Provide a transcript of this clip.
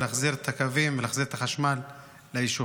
ולהחזיר את הקווים ולהחזיר את החשמל ליישוב.